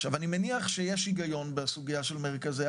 עכשיו אני מניח שיש היגיון בסוגיה של מרכזי